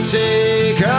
take